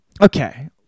Okay